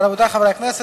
רבותי חברי הכנסת,